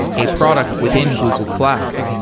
a product within google cloud.